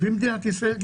במדינת ישראל,